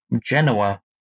Genoa